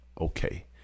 Okay